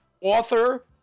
author